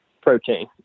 protein